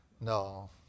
No